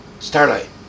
Starlight